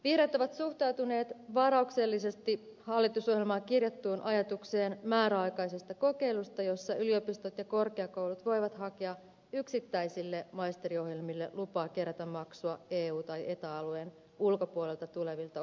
vihreät ovat suhtautuneet varauksellisesti hallitusohjelmaan kirjattuun ajatukseen määräaikaisesta kokeilusta jossa yliopistot ja korkeakoulut voivat hakea yksittäisille maisteriohjelmille lupaa kerätä maksua eu tai eta alueen ulkopuolelta tulevilta opiskelijoilta